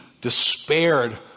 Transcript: despaired